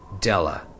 Della